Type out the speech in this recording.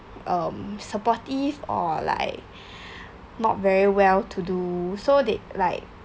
um supportive or like not very well-to-do so they like